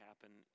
happen